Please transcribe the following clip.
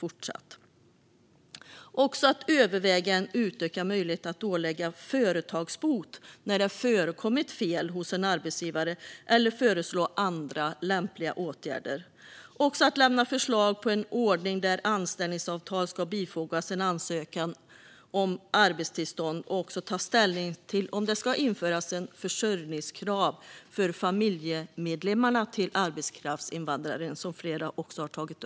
Utredningen ska också överväga en utökad möjlighet att ålägga företagsbot när det har förekommit fel hos en arbetsgivare eller föreslå andra lämpliga åtgärder. Sedan ska utredningen lämna förslag på en ordning där anställningsavtal ska bifogas en ansökan om arbetstillstånd, och vidare ta ställning till om det ska införas försörjningskrav för familjemedlemmarna till arbetskraftsinvandraren. Detta har flera tagit upp i debatten.